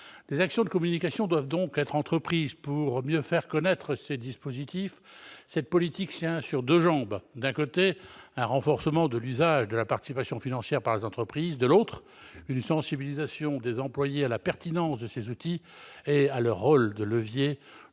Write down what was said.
Des actions de communication doivent ainsi être entreprises pour mieux faire connaître ces dispositifs. Cette politique tient sur deux jambes : d'un côté, un renforcement de l'usage de la participation financière par les entreprises ; de l'autre, une sensibilisation des employés à la pertinence de ces outils et à leur rôle de levier